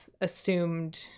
assumed